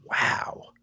wow